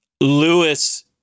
Lewis